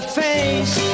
face